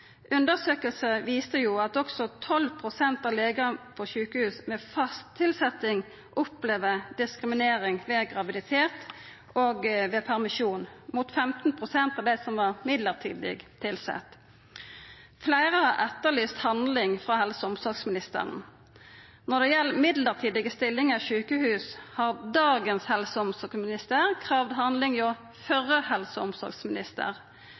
at også 12 pst. av legar med fast tilsetjing ved sjukehus opplever diskriminering ved graviditet og ved permisjon, mot 15 pst. av dei som var midlertidig tilsette. Fleire har etterlyst handling frå helse- og omsorgsministeren. Når det gjeld midlertidige stillingar i sjukehus, har dagens helse- og omsorgsminister kravd handling hjå førre helse- og omsorgsminister.